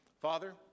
Father